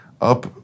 up